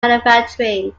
manufacturing